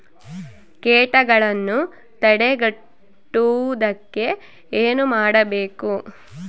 ಕೇಟಗಳನ್ನು ತಡೆಗಟ್ಟುವುದಕ್ಕೆ ಏನು ಮಾಡಬೇಕು?